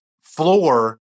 floor